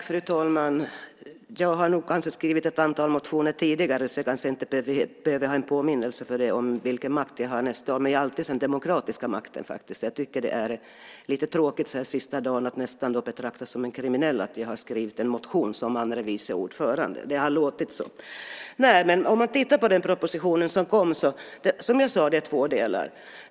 Fru talman! Jag har nog skrivit ett antal motioner tidigare, så jag kanske inte behöver en påminnelse om vilken makt det har. Man har alltid den demokratiska makten. Jag tycker att det är lite tråkigt att så här sista dagen nästan bli betraktad som kriminell för att som andre vice ordförande i utskottet ha skrivit en motion. Det har låtit så. Som jag sade är den här propositionen i två delar.